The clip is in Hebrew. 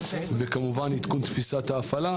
וכמובן עדכון תפיסת ההפעלה.